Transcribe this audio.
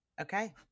Okay